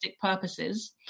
purposes